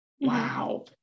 Wow